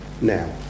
Now